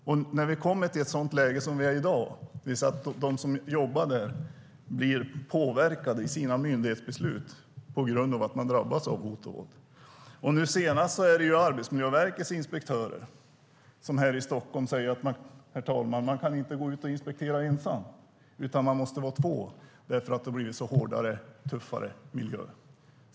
Vi har i dag kommit i ett sådant läge att de som jobbar där blir påverkade i sina myndighetsbeslut på grund av att de drabbas av hot och våld. Nu senast är det Arbetsmiljöverkets inspektörer som säger att de här i Stockholm inte kan gå ut och inspektera ensamma utan måste vara två eftersom det blivit en hårdare och tuffare miljö.